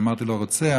שאמרתי לו "רוצח",